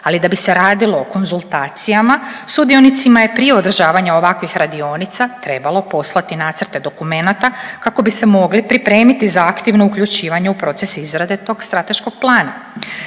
Ali da bi se radilo o konzultacijama sudionicima je prije održavanja ovakvih radionica trebalo poslati nacrte dokumenata kako bi se mogli pripremiti za aktivno uključivanje u proces izrade tog strateškog plana.